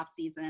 offseason